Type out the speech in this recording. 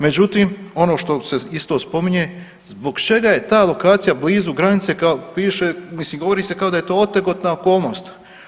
Međutim ono što se isto spominje, zbog čega je ta lokacija blizu granice, kao piše, mislim, govori se kao da je to otegotna okolnost.